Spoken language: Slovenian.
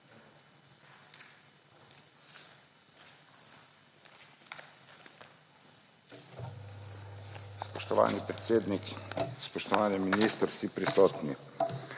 Spoštovani predsednik, spoštovani minister, vsi prisotni!